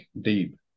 deep